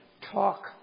talk